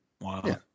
wow